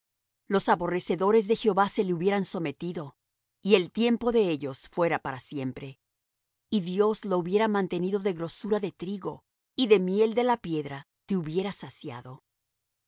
los aborrecedores de jehová se le hubieran sometido y el tiempo de ellos fuera para siempre y dios lo hubiera mantenido de grosura de trigo y de miel de la piedra te hubiera saciado